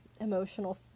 emotional